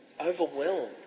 overwhelmed